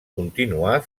continuar